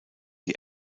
die